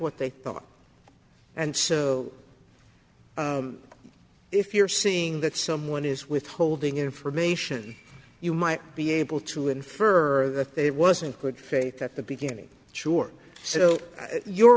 what they thought and so if you're seeing that someone is withholding information you might be able to infer that it wasn't good faith at the beginning sure so you